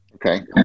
Okay